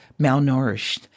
malnourished